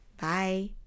Bye